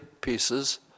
pieces